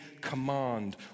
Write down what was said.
command